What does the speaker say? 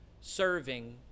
serving